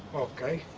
okay,